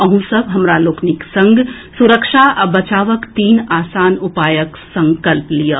अहूँ सभ हमरा लोकनिक संग सुरक्षा आ बचावक तीन आसान उपायक संकल्प लियऽ